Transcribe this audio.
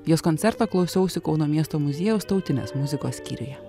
jos koncerto klausiausi kauno miesto muziejaus tautinės muzikos skyriuje